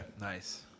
Nice